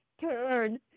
turn